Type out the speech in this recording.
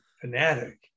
fanatic